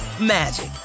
magic